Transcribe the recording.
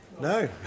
No